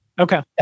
Okay